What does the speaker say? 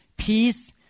Peace